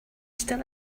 still